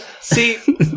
see